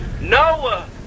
Noah